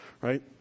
Right